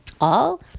All